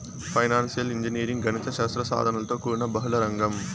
financial engineering గణిత శాస్త్ర సాధనలతో కూడిన బహుళ రంగం